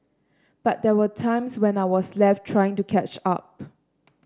but there were times when I was left trying to catch up